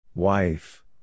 Wife